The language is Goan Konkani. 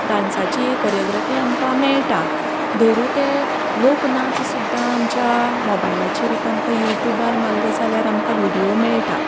डान्साची कोरिओग्राफी आमकां मेळटा धरू ते लोक नाच सुद्दां आमच्या मोबायलाचेर आतां आमकां युट्यूबार मारले जाल्यार आमकां व्हिडियो मेळटा